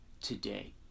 today